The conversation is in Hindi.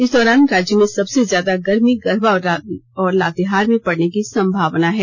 इस दौरान राज्य में सबसे ज्यादा गर्मी गढ़वा और लातेहार में पड़ने की संभावना है